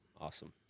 Awesome